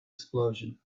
explosion